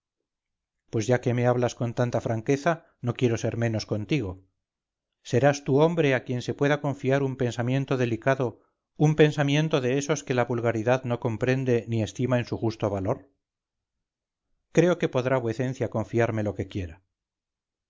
pues ya que me hablas con tanta franqueza no quiero ser menos contigo serás tú hombre a quien se pueda confiar un pensamiento delicado un pensamiento de esos que la vulgaridad no comprende ni estima en su justo valor creo que podrá vuecencia confiarme lo que quiera